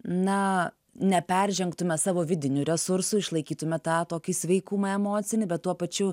na neperžengtume savo vidinių resursų išlaikytume tą tokį sveikumą emocinį bet tuo pačiu